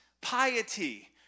piety